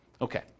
Okay